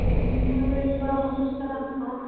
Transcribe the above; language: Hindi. वही थोड़ा मासज कराना था